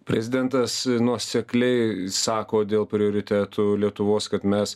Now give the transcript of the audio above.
prezidentas nuosekliai sako dėl prioritetų lietuvos kad mes